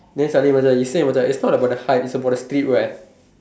then suddenly Macha you say Macha it's not about the hype it's about the streetwear